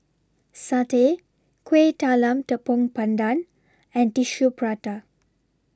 Satay Kuih Talam Tepong Pandan and Tissue Prata